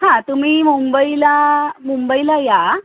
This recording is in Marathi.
हां तुम्ही मुंबईला मुंबईला या